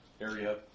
area